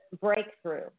breakthrough